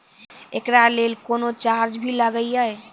एकरा लेल कुनो चार्ज भी लागैये?